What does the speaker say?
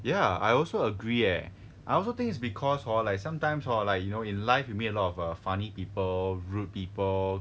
ya I also agree eh I also think it's because hor like sometimes hor like you know in life you meet a lot of funny people rude people